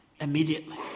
immediately